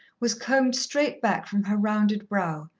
was combed straight back from her rounded brow,